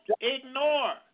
ignore